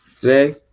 Today